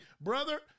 brother